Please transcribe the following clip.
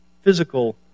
physical